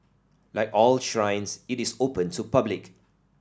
like all shrines it is open to public